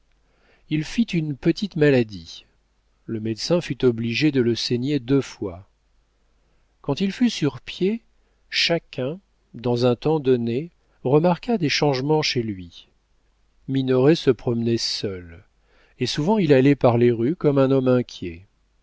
il fit une petite maladie le médecin fut obligé de le saigner deux fois quand il fut sur pied chacun dans un temps donné remarqua des changements chez lui minoret se promenait seul et souvent il allait par les rues comme un homme inquiet